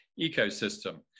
ecosystem